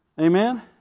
Amen